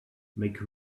make